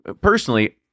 Personally